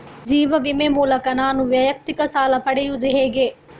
ಜೀವ ವಿಮೆ ಮೂಲಕ ನಾನು ವೈಯಕ್ತಿಕ ಸಾಲ ಪಡೆಯುದು ಹೇಗೆ?